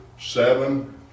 seven